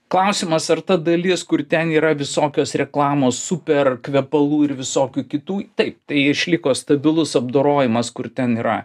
klausimas ar ta dalis kur ten yra visokios reklamos super kvepalų ir visokių kitų taip tai išliko stabilus apdorojimas kur ten yra